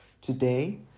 Today